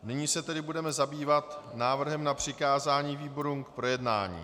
Nyní se tedy budeme zabývat návrhem na přikázání výborům k projednání.